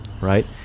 right